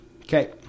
Okay